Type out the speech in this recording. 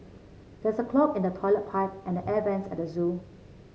there is a clog in the toilet pipe and the air vents at the zoo